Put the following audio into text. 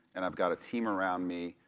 and i've got a team around me,